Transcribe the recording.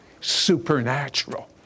supernatural